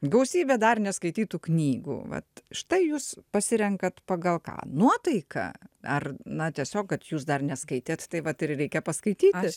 gausybė dar neskaitytų knygų vat štai jūs pasirenkate pagal ką nuotaiką ar na tiesiog kad jūs dar neskaitėte tai vat ir reikia paskaityti nes